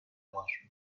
var